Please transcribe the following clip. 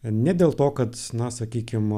ne dėl to kad na sakykim